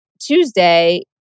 Tuesday